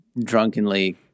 drunkenly